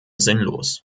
sinnlos